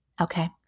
okay